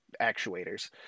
actuators